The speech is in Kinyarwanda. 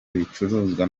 ibicuruzwa